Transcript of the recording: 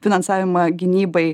finansavimą gynybai